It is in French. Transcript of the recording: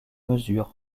mesures